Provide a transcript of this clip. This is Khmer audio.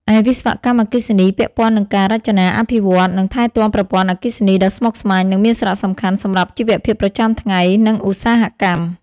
ឯវិស្វកម្មអគ្គិសនី ពាក់ព័ន្ធនឹងការ រចនា អភិវឌ្ឍន៍ និងថែទាំប្រព័ន្ធអគ្គិសនី ដ៏ស្មុគស្មាញ និងមានសារៈសំខាន់សម្រាប់ជីវភាពប្រចាំថ្ងៃ និងឧស្សាហកម្ម។